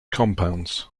compounds